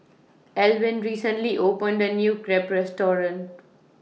Alwin recently opened The New Crepe Restaurant